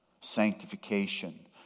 sanctification